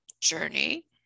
journey